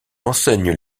enseigne